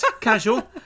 Casual